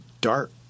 dark